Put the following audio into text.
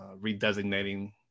redesignating